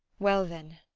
well, then,